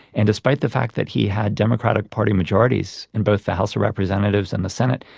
and despite the fact that he had democratic party majorities in both the house of representatives and the senate,